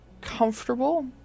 comfortable